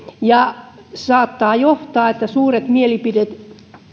ja saattaa olla että suuret mielipide erot